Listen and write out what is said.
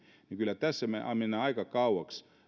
niin kyllä tässä mennään aika kauaksi